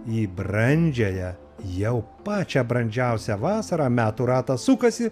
į brandžiąją jau pačią brandžiausią vasarą metų ratas sukasi